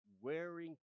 wearing